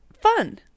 fun